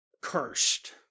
cursed